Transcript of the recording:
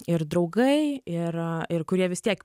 ir draugai ir ir kurie vis tiek